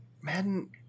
Madden